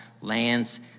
lands